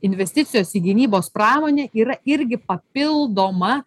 investicijos į gynybos pramonę yra irgi papildoma